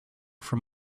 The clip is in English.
from